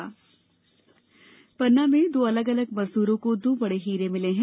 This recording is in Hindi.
हीरे पन्ना में दो अलग अलग मजदूरों को दो बड़े हीरे मिले हैं